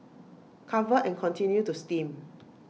cover and continue to steam